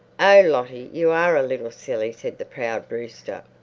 oh, lottie, you are a little silly, said the proud rooster.